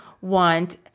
want